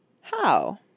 How